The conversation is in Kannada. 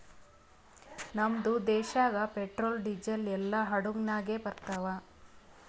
ನಮ್ದು ದೇಶಾಗ್ ಪೆಟ್ರೋಲ್, ಡೀಸೆಲ್ ಎಲ್ಲಾ ಹಡುಗ್ ನಾಗೆ ಬರ್ತಾವ್